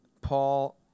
Paul